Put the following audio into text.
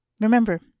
Remember